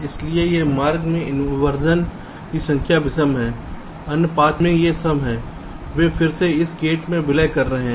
इसलिए एक मार्ग में इंवर्जन की संख्या विषम है अन्य पथ में यह सम है वे फिर से एक गेट में विलय कर रहे हैं